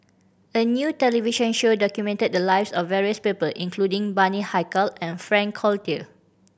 a new television show documented the lives of various people including Bani Haykal and Frank Cloutier